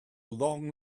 long